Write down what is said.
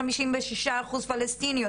56 אחוז פלשתינאיות,